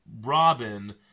Robin